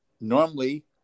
normally